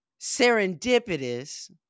serendipitous